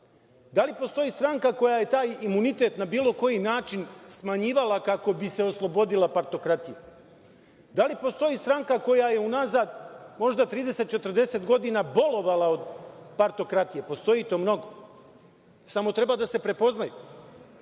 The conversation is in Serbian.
Da li postoji stranka koja je taj imunitet na bilo koji način smanjivala kako bi se oslobodila partokratije? Da li postoji stranka koja je unazad možda 30, 40 godina bolovala od partokratije? Postoji to mnogo, samo treba da se prepoznaju,